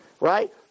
right